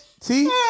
See